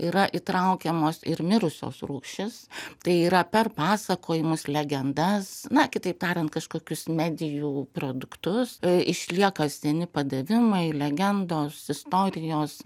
yra įtraukiamos ir mirusios rūšys tai yra per pasakojimus legendas na kitaip tariant kažkokius medijų produktus išlieka seni padavimai legendos istorijos